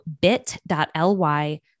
bit.ly